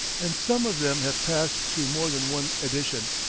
and some of them have passed through more than one edition.